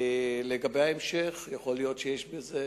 לגבי ההמשך, יכול להיות שיש בזה,